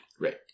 Right